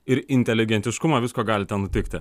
ir inteligentiškumą visko gali ten nutikti